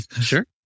Sure